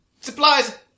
supplies